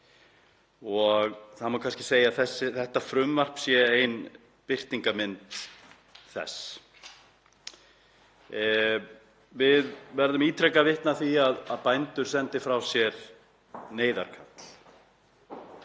og það má kannski segja að þetta frumvarp sé ein birtingarmynd þess. Við verðum ítrekað vitni að því að bændur sendi frá sér neyðarkall